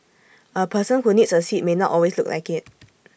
A person who needs A seat may not always look like IT